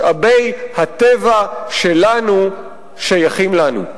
משאבי הטבע שלנו שייכים לנו.